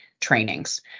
trainings